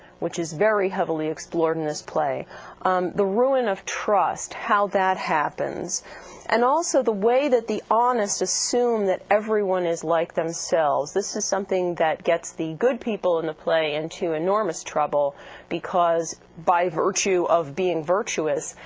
which is very heavily explored in this play um the ruin of trust, how that happens and also the way that the honest assume that everyone is like themselves. this is something that gets the good people in the play into enormous trouble because by virtue of being virtuous,